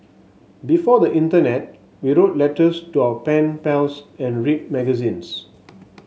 before the internet we wrote letters to our pen pals and read magazines